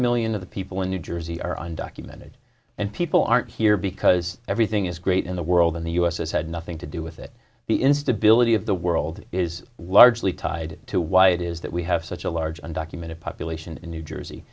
million of the people in new jersey are undocumented and people aren't here because everything is great in the world and the u s has had nothing to do with it the instability of the world is largely tied to why it is that we have such a large undocumented population in new jersey